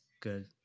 good